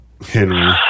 Henry